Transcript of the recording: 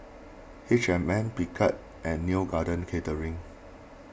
H and M Picard and Neo Garden Catering